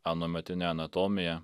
anuometinę anatomiją